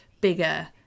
bigger